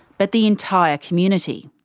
but the entire community.